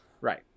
right